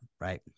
Right